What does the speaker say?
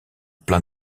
plein